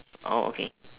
oh okay